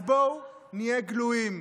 אז בואו נהיה גלויים.